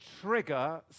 trigger